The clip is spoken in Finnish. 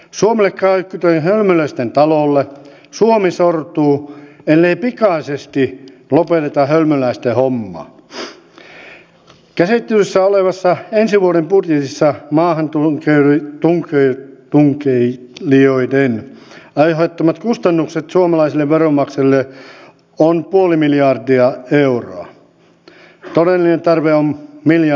suomi käytti hölmöläisten talolle sellaisen minäkin aion käyttää eli minä kiitän hallitusta ja ministeriä siitä että kuntien tuska on otettu siinä mielessä huomioon tässä vaikeassa tilanteessa että näitä valtionosuuksia ei tosiaan vähennetä